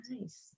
Nice